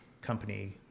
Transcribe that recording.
company